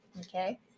okay